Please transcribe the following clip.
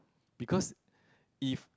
because if